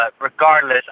regardless